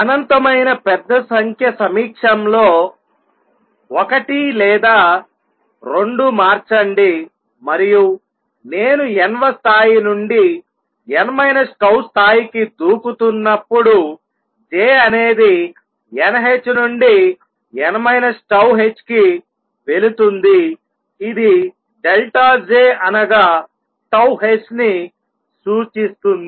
అనంతమైన పెద్ద సంఖ్య సమక్షంలో ఒకటి లేదా రెండు మార్చండి మరియు నేను n వ స్థాయి నుండి n τ స్థాయికి దూకుతున్నప్పుడు J అనేది n h నుండి n τh కి వెళుతుంది ఇది J అనగా h ని సూచిస్తుంది